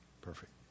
Perfect